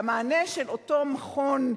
והמענה של אותו מכון,